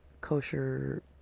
kosher